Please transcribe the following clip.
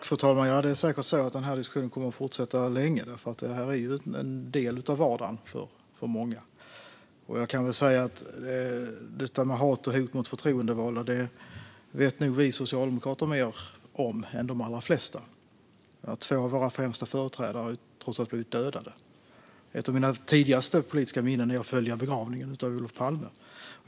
Fru talman! Ja, den här diskussionen kommer säkert att fortsätta länge. Det är en del av vardagen för många. Det här med hat och hot mot förtroendevalda vet nog vi socialdemokrater mer om än de allra flesta. Två av våra främsta företrädare har trots allt blivit dödade. Ett av mina tidigaste politiska minnen är begravningen av Olof Palme.